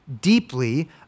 deeply